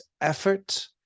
effort